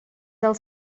del